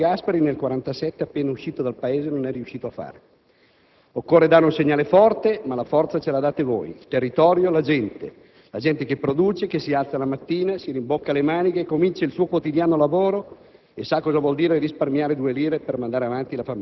Un Governo che tartassa così tanto come nemmeno il povero De Gasperi nel 1947, appena uscito il Paese da una guerra, riuscì a fare. Occorre dare un segnale forte, ma la forza ce la date voi, il territorio, la gente che produce, si alza la mattina, si rimbocca le maniche e comincia il suo quotidiano lavoro